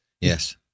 yes